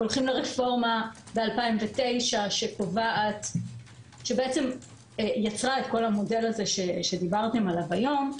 הולכים לרפורמה ב-2009 שיצרה את כל המודל הזה שדיברתם עליו היום.